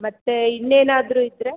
ಮತ್ತೆ ಇನ್ನೇನಾದರು ಇದ್ರೆ